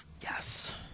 Yes